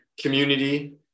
community